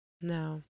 No